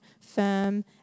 firm